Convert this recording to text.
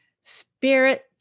spirit